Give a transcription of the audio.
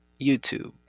YouTube